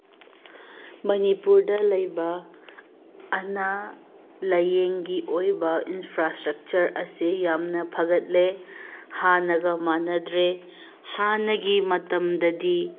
ꯃꯅꯤꯄꯨꯔꯗ ꯂꯩꯕ ꯑꯅꯥ ꯂꯥꯏꯌꯦꯡꯒꯤ ꯑꯣꯏꯕ ꯏꯟꯐ꯭ꯔꯥꯏꯁꯇ꯭ꯔꯛꯆꯔ ꯑꯁꯤ ꯌꯥꯝꯅ ꯐꯒꯠꯂꯦ ꯍꯥꯟꯅꯒ ꯃꯥꯟꯅꯗ꯭ꯔꯦ ꯍꯥꯟꯅꯒꯤ ꯃꯇꯝꯗꯗꯤ